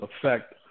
affect